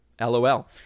LOL